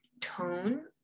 tone